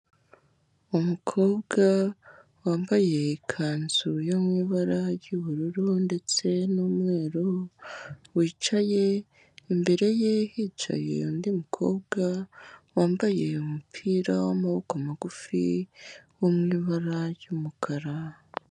Umukobwa wambaye ikanzu yo mu ibara ry'ubururu ndetse n'umweru wicaye imbere ye hicaye undi mukobwa wambaye umupira w'amaboko magufi wo mu ibara ry'umukara.